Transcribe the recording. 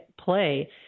play